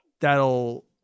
that'll